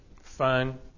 Fun